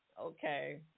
Okay